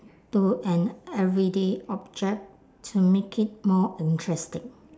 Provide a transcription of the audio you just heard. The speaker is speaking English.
to an everyday object to make it more interesting